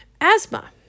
asthma